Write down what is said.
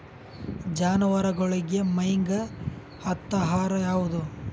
ಜಾನವಾರಗೊಳಿಗಿ ಮೈಗ್ ಹತ್ತ ಆಹಾರ ಯಾವುದು?